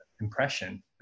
impression